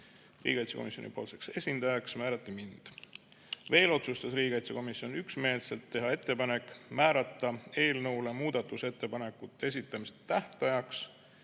Riigikaitsekomisjoni esindajaks määrati mind. Veel otsustas riigikaitsekomisjon üksmeelselt teha ettepaneku määrata eelnõu muudatusettepanekute esitamise tähtajaks